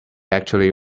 actually